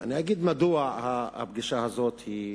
אגיד מדוע הפגישה הזאת היא